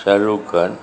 Shahrukh Khan